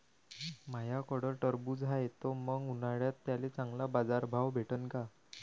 माह्याकडं टरबूज हाये त मंग उन्हाळ्यात त्याले चांगला बाजार भाव भेटन का?